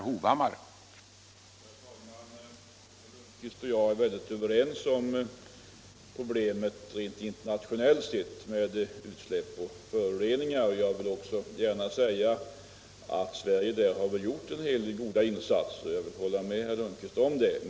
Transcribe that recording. Herr talman! Herr Lundkvist och jag är överens om det internationella problemet med utsläpp och föroreningar. Och jag vill också gärna säga att Sverige där har gjort en hel del goda insatser — jag vill hålla med herr Lundkvist om det.